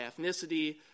ethnicity